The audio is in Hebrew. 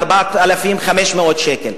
4,500 שקלים.